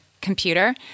computer